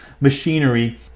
machinery